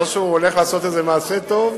אז או שהוא הולך לעשות מעשה טוב,